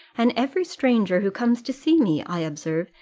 and every stranger who comes to see me, i observe,